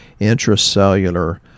intracellular